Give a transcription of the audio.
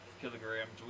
kilograms